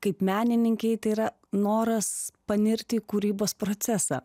kaip menininkei tai yra noras panirti kūrybos procesą